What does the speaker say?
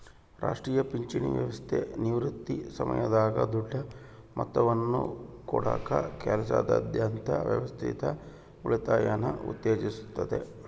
ರಾಷ್ಟ್ರೀಯ ಪಿಂಚಣಿ ವ್ಯವಸ್ಥೆ ನಿವೃತ್ತಿ ಸಮಯದಾಗ ದೊಡ್ಡ ಮೊತ್ತವನ್ನು ಕೊಡಕ ಕೆಲಸದಾದ್ಯಂತ ವ್ಯವಸ್ಥಿತ ಉಳಿತಾಯನ ಉತ್ತೇಜಿಸುತ್ತತೆ